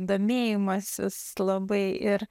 domėjimasis labai ir